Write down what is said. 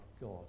God